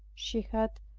she had,